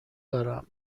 دارم